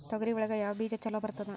ತೊಗರಿ ಒಳಗ ಯಾವ ಬೇಜ ಛಲೋ ಬರ್ತದ?